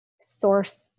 source